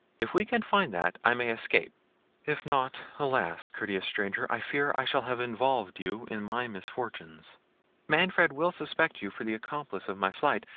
if we can find that, i may escape if not, alas! courteous stranger, i fear i shall have involved you in my misfortunes manfred will suspect you for the accomplice of my flight,